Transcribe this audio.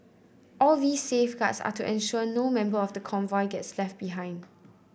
all these safeguards are to ensure no member of the convoy gets left behind